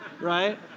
right